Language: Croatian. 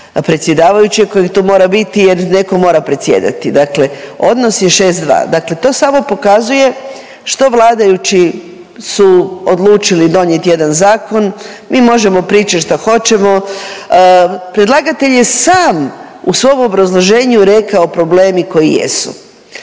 predsjedavajućeg koji tu mora biti jer neko mora predsjedati, dakle odnos je 6:2. Dakle to samo pokazuje što vladajući su odlučili donijet jedan zakon, mi možemo pričat šta hoćemo, predlagatelj je sam u svom obrazloženju rekao problemi koji jesu.